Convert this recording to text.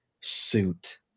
suit